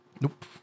Nope